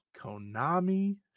Konami